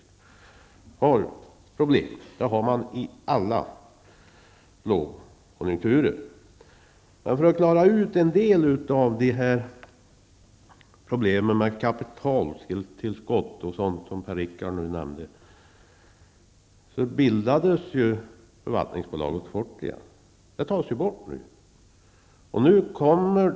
Och problem har man alltid när det är lågkonjuntur. För att klara ut en del av problemen med kapitaltillskott och annat som Per-Richard Molén här nämnt bildades Förvaltningsbolaget Fortia. Detta tas nu bort.